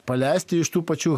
paleisti iš tų pačių